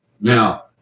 Now